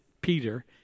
Peter